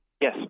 Yes